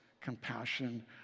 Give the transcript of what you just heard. compassion